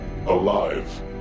Alive